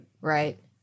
Right